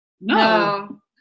No